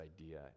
idea